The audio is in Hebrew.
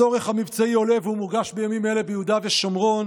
הצורך המבצעי עולה והוא מורגש בימים אלה ביהודה ושומרון.